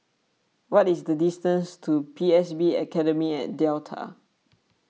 what is the distance to P S B Academy at Delta